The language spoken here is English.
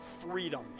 freedom